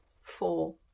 four